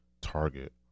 Target